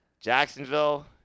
Jacksonville